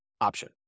option